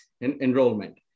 enrollment